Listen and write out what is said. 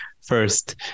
first